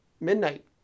midnight